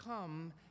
come